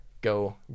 go